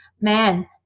man